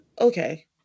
Okay